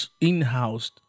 in-house